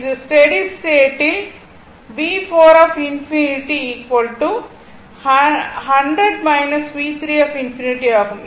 அது steady state ல் V4∞ 100 V3∞ ஆகும்